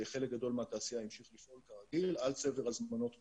חלק גדול מהתעשייה המשיך לפעול כרגיל על צבר הזמנות קודם.